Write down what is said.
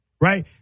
right